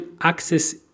access